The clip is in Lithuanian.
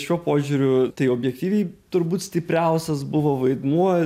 šiuo požiūriu tai objektyviai turbūt stipriausias buvo vaidmuo